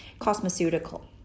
cosmeceutical